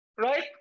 right